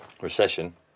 Recession